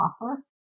offer